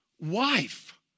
wife